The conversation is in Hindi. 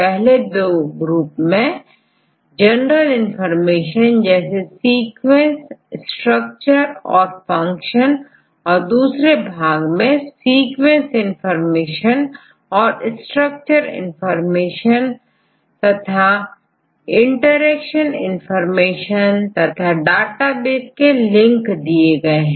पहले दो ग्रुप मैं जनरल इनफार्मेशन जैसे सीक्वेंस स्ट्रक्चर और फंक्शन तथा दूसरे भाग में सीक्वेंस इंफॉर्मेशन और स्ट्रक्चर इनफार्मेशन और इंटरेक्शन इंफॉर्मेशन तथा डेटाबेस के लिंक दिए गए हैं